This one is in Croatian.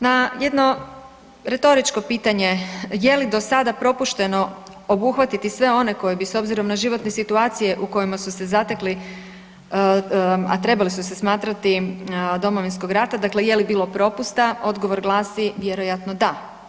Na jedno retoričko pitanje je li do sada propušteno obuhvatiti sve one koje bi s obzirom na životne situacije u kojima su se zatekli, a trebali su se smatrati Domovinskog rata, dakle je li bilo propusta, odgovor glasi vjerojatno da.